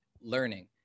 learning